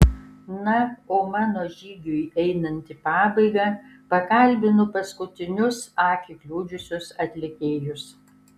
na o mano žygiui einant į pabaigą pakalbinu paskutinius akį kliudžiusius atlikėjus